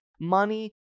money